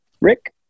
Rick